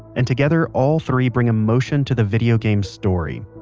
and together all three bring emotion to the video game's story.